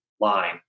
line